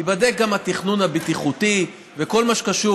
ייבדק גם התכנון הבטיחותי וכל מה שקשור,